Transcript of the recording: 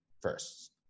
first